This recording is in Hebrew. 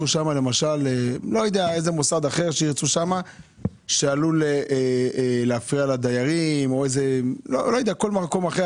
למקם שם מוסד אחר שעלול להפריע לדיירים או כל מקום אחר,